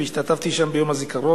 והשתתפתי שם בטקס יום הזיכרון.